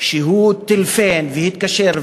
שהוא טלפן והתקשר,